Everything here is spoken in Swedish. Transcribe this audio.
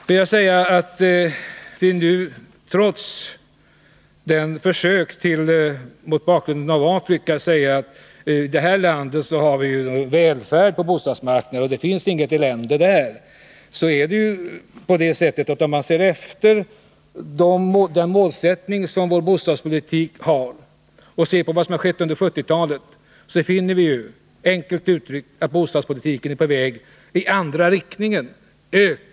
Får jag sedan, mot bakgrund av vad som sades om Afrika, framhålla att vi i jämförelse med dem naturligtvis har välfärd på bostadsmarknaden. Vi har inget allmänt elände där, men ser vi på målsättningen för vår bostadspolitik och det som har skett under 1970-talet, finner vi ju, enkelt uttryckt, att bostadspolitiken är på väg i den andra riktningen bort från målet.